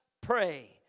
pray